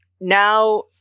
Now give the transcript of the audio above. Now